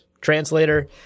translator